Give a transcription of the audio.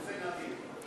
וזה נדיר.